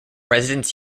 residents